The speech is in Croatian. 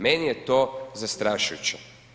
Meni je to zastrašujuće.